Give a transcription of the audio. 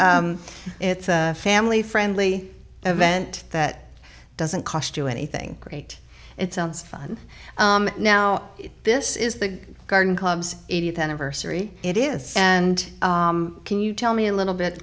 it's a family friendly event that doesn't cost you anything great it sounds fun now this is the garden clubs eightieth anniversary it is and can you tell me a little bit